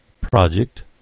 project